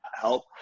help